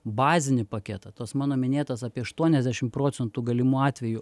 bazinį paketą tuos mano minėtas apie aštuoniasdešim procentų galimų atvejų